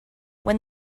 when